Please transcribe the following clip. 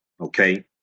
Okay